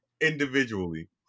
individually